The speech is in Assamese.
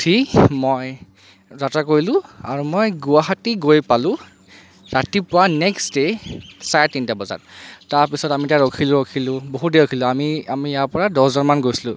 উঠি মই যাত্ৰা কৰিলোঁ আৰু মই গুৱাহাটী গৈ পালো ৰাতিপুৱা নেক্সট ডে চাৰে তিনিটা বজাত তাৰ পিছত আমি এতিয়া ৰখিলো ৰখিলো বহুত দেৰি ৰখিলো আমি আমি ইয়াৰ পৰা দহজনমান গৈছিলোঁ